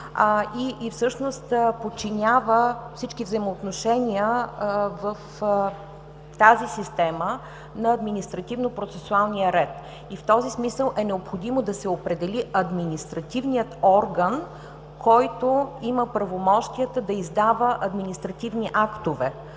и всъщност подчинява всички взаимоотношения в тази система на административнопроцесуалния ред. И в този смисъл е необходимо да се определи административният орган, който има правомощията да издава административни актове,